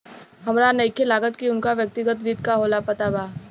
हामरा नइखे लागत की उनका व्यक्तिगत वित्त का होला पता बा